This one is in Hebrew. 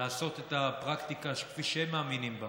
לעשות את הפרקטיקה כפי שהם מאמינים בה,